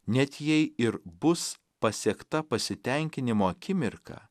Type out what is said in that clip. net jei ir bus pasiekta pasitenkinimo akimirka